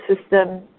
system